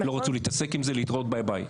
לא רצו להתעסק עם זה, להתראות, ביי ביי.